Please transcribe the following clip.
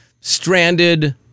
stranded